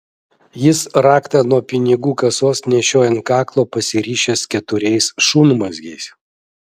jis raktą nuo pinigų kasos nešioja ant kaklo pasirišęs keturiais šunmazgiais